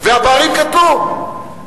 והפערים גדלו.